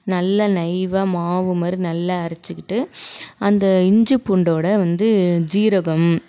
நல்லா நைவாக மாவு மாரி நல்லா அரைச்சிக்கிட்டு அந்த இஞ்சிப் பூண்டோட வந்து சீரகம்